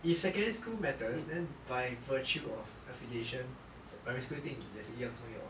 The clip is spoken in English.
if secondary school matters then by virtue of affiliation primary school 一定也是一样重要 [what]